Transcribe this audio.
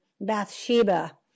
Bathsheba